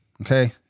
okay